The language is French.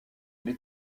les